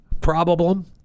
problem